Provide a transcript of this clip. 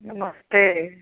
नमस्ते